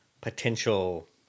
potential